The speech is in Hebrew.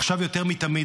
עכשיו יותר מתמיד,